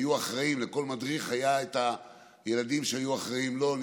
הם היו אחראים לכל מדריך היו את הילדים שהוא היה אחראי להם.